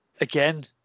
again